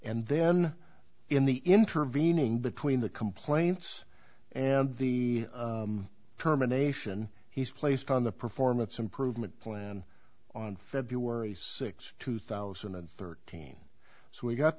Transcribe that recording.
and then in the intervening between the complaints and the terminations he's placed on the performance improvement plan on february sixth two thousand and thirteen so we've got